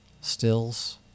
Stills